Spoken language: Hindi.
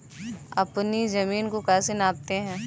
अपनी जमीन को कैसे नापते हैं?